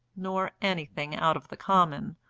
nor anything out of the common.